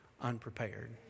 unprepared